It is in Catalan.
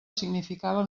significava